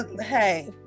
hey